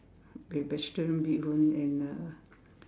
the vegetarian bee-hoon and uh